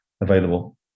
available